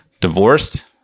divorced